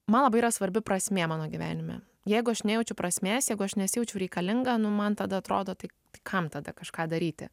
man labai svarbi prasmė mano gyvenime jeigu aš nejaučiu prasmės jeigu aš nesijaučiu reikalinga nu man tada atrodo tai kam tada kažką daryti